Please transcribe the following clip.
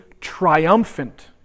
triumphant